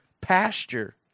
pasture